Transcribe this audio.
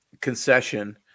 concession